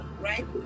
Right